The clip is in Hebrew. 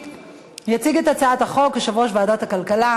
ההצבעה החלה.